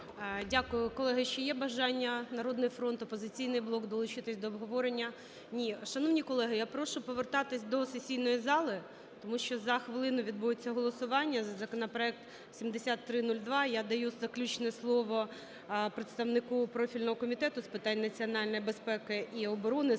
Дякую. Колеги, ще є бажання "Народний фронт", "Опозиційний блок" долучитись до обговорення? Ні. Шановні колеги, я прошу повертатись до сесійної зали, тому що за хвилину відбудеться голосування за законопроект 7302. Я даю заключне слово представнику профільного Комітету з питань національної безпеки і оборони,